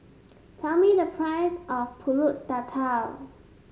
tell me the price of pulut Tatal